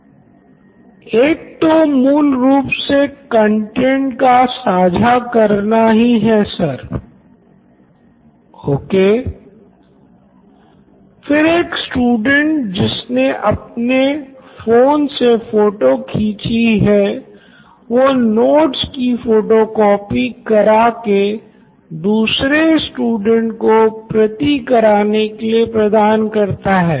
Siddharth Maturi CEO Knoin electronics एक तो मूल रूप से कंटैंट का साझा करना ही है sir professor okay Siddharth Maturi CEO Knoin electronics फिर एक स्टूडेंट जिसने अपने फोन से फोटो खींची हैं वो नोट्स की फोटोकोपी करा के दूसरे स्टूडेंट को प्रति करने के लिए प्रदान करता है